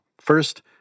first